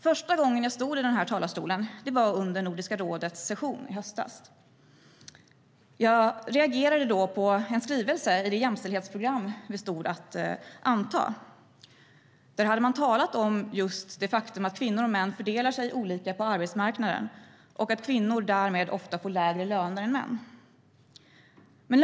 Första gången jag stod i den här talarstolen var under Nordiska rådets session i höstas. Jag reagerade då på en skrivning i det jämställdhetsprogram vi stod i begrepp att anta. Där hade man talat om just det faktum att kvinnor och män fördelar sig olika på arbetsmarknaden och att kvinnor därmed ofta får lägre löner än män.